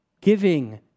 Giving